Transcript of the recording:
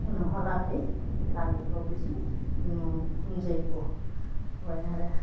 उनावहालागै गामिफ्राव बिदिनोे हुम जय्ग' होबाय आरो